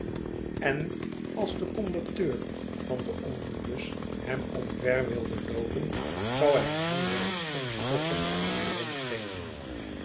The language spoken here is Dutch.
en als de conducteur van den omnibus hem omver wilde loopen zou hij hem wel een opstopper weerom geven